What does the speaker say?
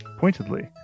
pointedly